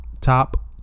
Top